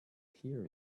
hear